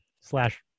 slash